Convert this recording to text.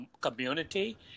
community